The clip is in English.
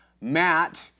Matt